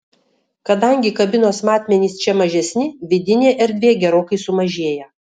kadangi kabinos matmenys čia mažesni vidinė erdvė gerokai sumažėja